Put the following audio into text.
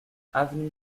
avenue